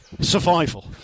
survival